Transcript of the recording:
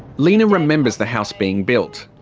lina remembers the house being built.